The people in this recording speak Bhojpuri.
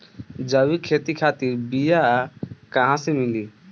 जैविक खेती खातिर बीया कहाँसे मिली?